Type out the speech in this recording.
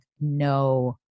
no